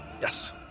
Yes